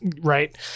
right